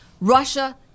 Russia